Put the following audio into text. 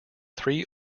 three